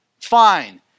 fine